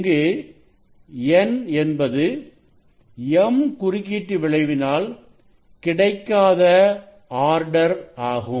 இங்கு n என்பது m குறுக்கீட்டு விளைவினால் கிடைக்காத ஆர்டர் ஆகும்